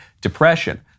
depression